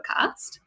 podcast